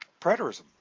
preterism